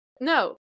no